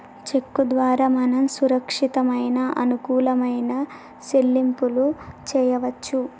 చెక్కు ద్వారా మనం సురక్షితమైన అనుకూలమైన సెల్లింపులు చేయవచ్చు